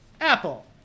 Apple